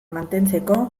mantentzeko